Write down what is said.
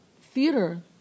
theater